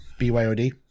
BYOD